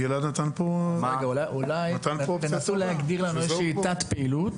אולי תנסו להגדיר איזו תת-פעילות